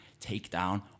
takedown